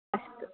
अस्तु